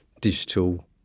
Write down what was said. digital